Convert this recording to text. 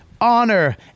honor